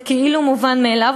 זה כאילו מובן מאליו.